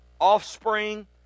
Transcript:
offspring